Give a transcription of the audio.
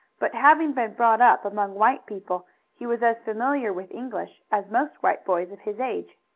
but having been brought up among white people he was as familiar with english as most white boys of his age.